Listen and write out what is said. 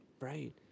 Right